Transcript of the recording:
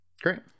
Great